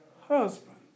husband